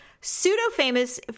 pseudo-famous